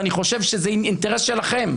ואני חושב שזה אינטרס שלכם,